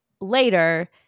later